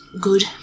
good